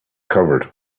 covered